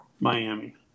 Miami